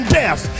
death